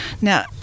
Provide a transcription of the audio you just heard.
Now